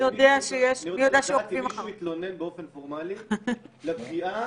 האם מישהו התלונן באופן פורמאלי על פגיעה?